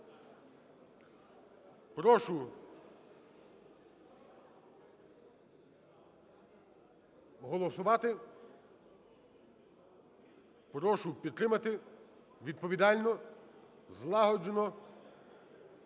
Прошу голосувати, прошу підтримати. Відповідально, злагоджено